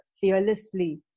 fearlessly